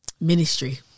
Ministry